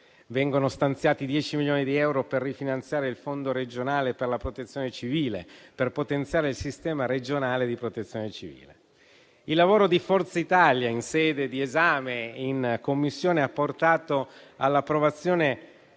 Vengono stanziati 10 milioni di euro per rifinanziare il Fondo regionale per la protezione civile e potenziare il sistema regionale di protezione civile. Il lavoro di Forza Italia, in sede di esame in Commissione, ha portato all'approvazione